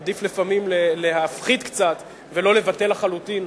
עדיף לפעמים להפחית קצת ולא לבטל לחלוטין,